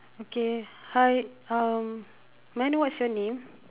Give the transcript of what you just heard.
okay hi um may I know what's your name